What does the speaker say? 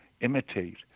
imitate